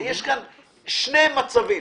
יש כאן שני מצבים.